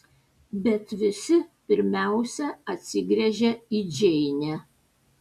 bet visi pirmiausia atsigręžia į džeinę